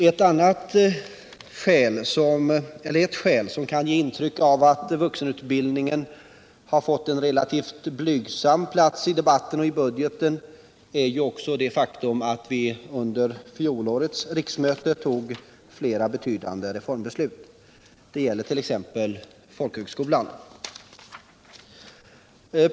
Ett skäl till att man kan få intrycket att vuxenutbildningsområdet har fått en relativt blygsam plats i debatten och i budgeten är bl.a. det faktum att vi under fjolårets riksmöte tog flera betydande reformbeslut. Det gäller t.ex. folkhögskolan.